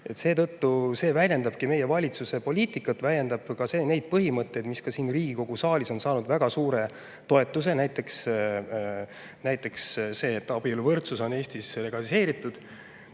Seetõttu see väljendabki meie valitsuse poliitikat, väljendab neid põhimõtteid, mis ka siin Riigikogu saalis on saanud väga suure toetuse, näiteks see, et abieluvõrdsus on Eestis legaliseeritud.